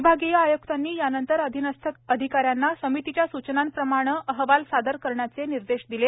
विभागीय आय्क्तांनी यानंतर अधीनस्थ अधिकाऱ्यांना समितीच्या सूचनांप्रमाणे अहवाल सादर करण्याचे निर्देशित केले